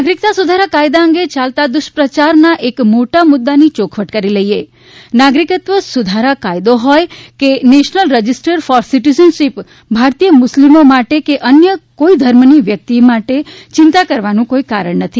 નાગરિકત્વ સુધારા કાયદા અંગે યાલતા દુષ્પ્રયારના એક મોટા મુદ્દા ની યોખવટ કરી લઈએ નાગરિકત્વ સુધારા કાયદો હોય કે નેશનલ રજિસ્ટર ફોર સિટિજનશીપ ભારતીય મુસ્લિમો માટે કે અન્ય કોઈ ધર્મ ની વ્યક્તિ માટે ચિંતા કરવાનું કોઈ કારણ જ નથી